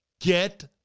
get